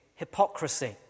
hypocrisy